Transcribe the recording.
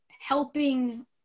helping